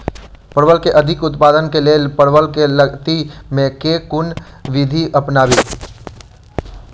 परवल केँ अधिक उत्पादन केँ लेल परवल केँ लती मे केँ कुन विधि अपनाबी?